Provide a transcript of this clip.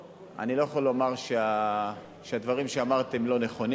אבל אני לא יכול לומר שהדברים שאמרת הם לא נכונים,